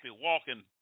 walking